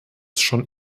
schon